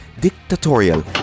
dictatorial